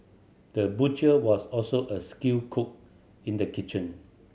the butcher was also a skilled cook in the kitchen